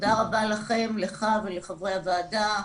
תודה רבה לכם, לך ולחברי הוועדה,